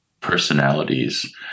personalities